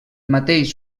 mateix